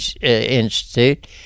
Institute